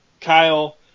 Kyle